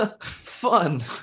fun